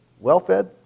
well-fed